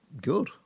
Good